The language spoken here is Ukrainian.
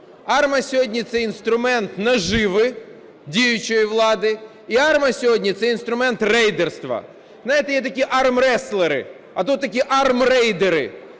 АРМА сьогодні – це інструмент наживи діючої влади. І АРМА сьогодні – це інструмент рейдерства. Знаєте, є такі армреслери, а то такі армрейдери.